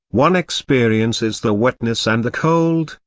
one experiences the wetness and the cold,